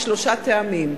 משלושה טעמים.